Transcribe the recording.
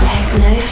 Techno